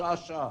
שעה-שעה